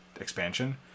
expansion